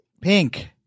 Pink